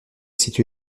situé